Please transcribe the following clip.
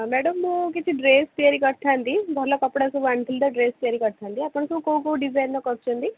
madam ମୁଁ କିଛି dress ତିଆରି କରିଥାନ୍ତି ଭଲ କପଡ଼ା ସବୁ ଆଣିଥିଲି ତ ଡ୍ରେସ୍ ତିଆରି କରିଥାନ୍ତି ଆପଣ ସବୁ କେଉଁ କେଉଁ ଡିଜାଇନ୍ର କରୁଛନ୍ତି